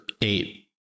eight